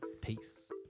Peace